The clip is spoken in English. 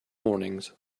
warnings